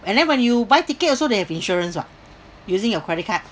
and then when you buy ticket also they have insurance what using your credit card